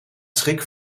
schrik